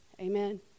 Amen